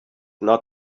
not